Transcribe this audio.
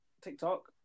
TikTok